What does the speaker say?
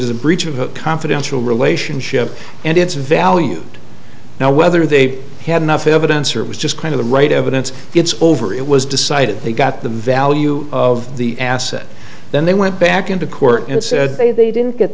is a breach of a confidential relationship and it's valued now whether they've had enough evidence or it was just kind of the right evidence it's over it was decided they got the value of the assets then they went back into court and said they didn't get